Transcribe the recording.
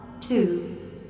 two